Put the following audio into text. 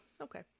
okay